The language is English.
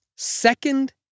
Second